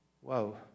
Whoa